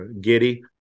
Giddy